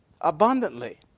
abundantly